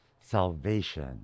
salvation